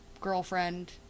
girlfriend